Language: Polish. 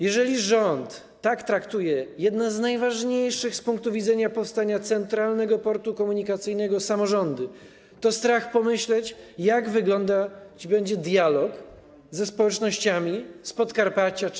Jeżeli rząd tak traktuje jedne z najważniejszych z punktu widzenia powstania Centralnego Portu Komunikacyjnego samorządy, to strach pomyśleć, jak wyglądać będzie dialog ze społecznościami z Podkarpacia czy